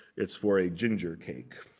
it's for a ginger cake.